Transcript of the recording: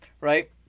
right